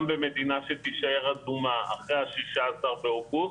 גם ממדינה שתישאר אדומה אחרי ה-16 באוגוסט,